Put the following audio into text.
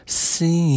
See